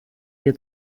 dir